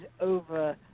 over